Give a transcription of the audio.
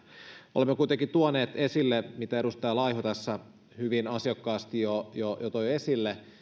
olemme kuitenkin tuoneet esille mitä edustaja laiho tässä hyvin ansiokkaasti jo jo toi esille